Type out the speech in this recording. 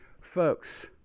Folks